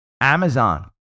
Amazon